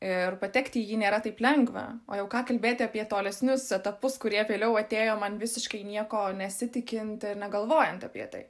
ir patekti į jį nėra taip lengva o jau ką kalbėti apie tolesnius etapus kurie vėliau atėjo man visiškai nieko nesitikint ir negalvojant apie tai